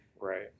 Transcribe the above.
right